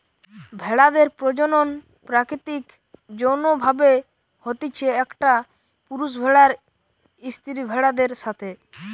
ভেড়াদের প্রজনন প্রাকৃতিক যৌন্য ভাবে হতিছে, একটা পুরুষ ভেড়ার স্ত্রী ভেড়াদের সাথে